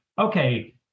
okay